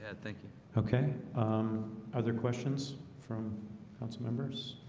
and thank you. okay are there questions from council members?